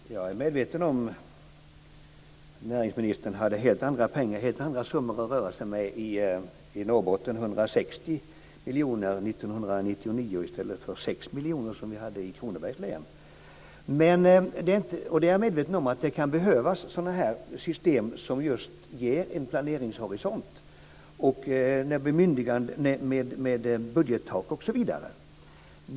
Fru talman! Jodå, jag är medveten om att näringsministern hade helt andra summor att röra sig med i Norrbotten. 160 miljoner 1999 i stället för 6 miljoner, som vi hade i Kronobergs län. Jag är medveten om att det kan behövas sådana här system som just ger en planeringshorisont med budgettak osv.